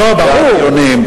גם דיונים.